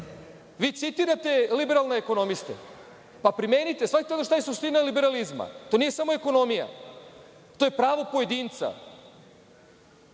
citirate liberalne ekonomiste, pa primenite. Shvatite šta je suština liberalizma. To nije samo ekonomija, to je pravo pojedinca.